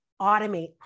automate